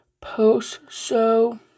post-show